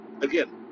Again